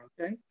okay